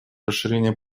расширение